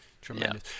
Tremendous